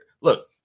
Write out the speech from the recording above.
Look